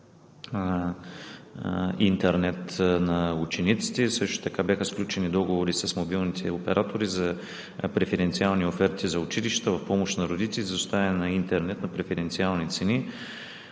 интернет на учениците, също така бяха сключени договори с мобилните оператори за преференциални оферти за училищата в помощ на родителите за доставяне на интернет на преференциални цени.